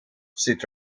zit